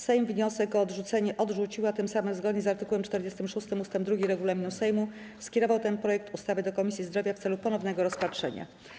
Sejm wniosek o odrzucenie odrzucił, a tym samym, zgodnie z art. 46 ust. 2 regulaminu Sejmu, skierował ten projekt ustawy do Komisji Zdrowia w celu ponownego rozpatrzenia.